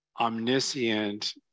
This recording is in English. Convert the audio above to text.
omniscient